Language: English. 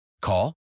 Call